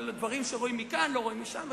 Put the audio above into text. אבל דברים שרואים מכאן לא רואים משם.